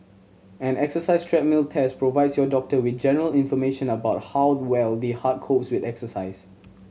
an exercise treadmill test provides your doctor with general information about how well the heart copes with exercise